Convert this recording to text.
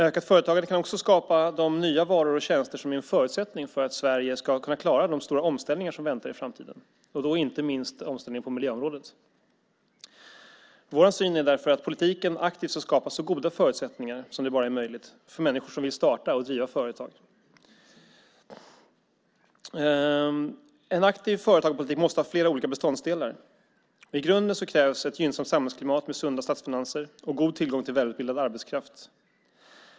Ökat företagande kan också skapa de nya varor och tjänster som är en förutsättning för att Sverige ska kunna klara de stora omställningar som väntar i framtiden, och då inte minst omställningen på miljöområdet. Vår syn är därför att politiken aktivt ska skapa så goda förutsättningar som det bara är möjligt för människor som vill starta och driva företag. En aktiv företagarpolitik måste ha flera olika beståndsdelar. I grunden krävs ett gynnsamt samhällsklimat med sunda statsfinanser och god tillgång till välutbildad arbetskraft.